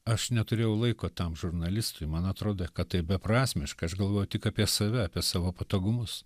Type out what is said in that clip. aš neturėjau laiko tam žurnalistui man atrodė kad tai beprasmiška aš galvojau tik apie save apie savo patogumus